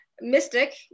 Mystic